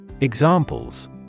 Examples